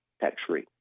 tax-free